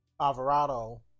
Alvarado